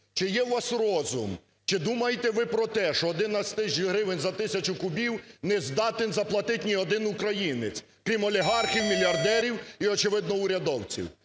чи є у вас розум? Чи думаєте ви про те, що 11 тисяч гривен за тисячу кубів не здатен заплатити ні один українець, крім олігархів, мільярдерів і очевидно, урядовців?!